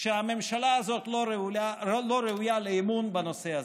שהממשלה הזאת לא ראויה לאמון בנושא הזה,